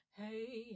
hey